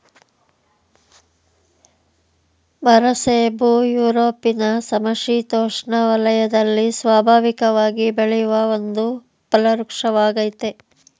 ಮರಸೇಬು ಯುರೊಪಿನ ಸಮಶಿತೋಷ್ಣ ವಲಯದಲ್ಲಿ ಸ್ವಾಭಾವಿಕವಾಗಿ ಬೆಳೆಯುವ ಒಂದು ಫಲವೃಕ್ಷವಾಗಯ್ತೆ